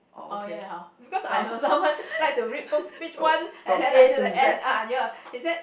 orh ya hor because I am someone like to read books page one and then until the end ah he said